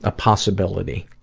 ah possibility.